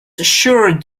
sure